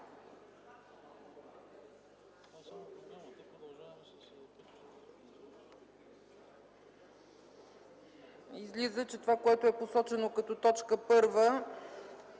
Излиза, че това, което е посочено като точка първа,